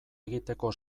egiteko